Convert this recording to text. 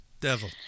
Devil